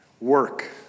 work